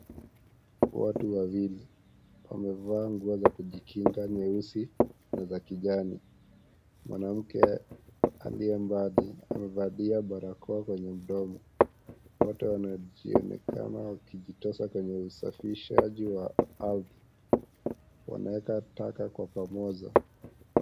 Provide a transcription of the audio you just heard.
Watu wawili wamevaa nguo za kujikinga nyeusi na za kijani. Mwanamke aliye mbali amevalia barakoa kwenye mdomo. Wote wanaonekana wakijitosa kwenye usafirishaji wa ardhi. Wanaweka taka kwa pamoja.